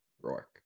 Rourke